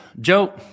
Joe